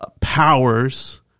powers